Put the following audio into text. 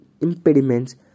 impediments